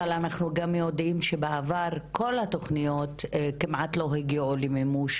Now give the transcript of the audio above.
אבל אנחנו גם יודעים שבעבר כל התוכניות כמעט לא הגיעו למימוש